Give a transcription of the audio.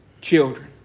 children